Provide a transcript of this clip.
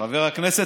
מציע למשל